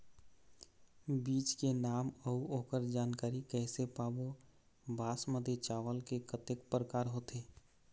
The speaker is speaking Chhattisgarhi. बीज के नाम अऊ ओकर जानकारी कैसे पाबो बासमती चावल के कतेक प्रकार होथे?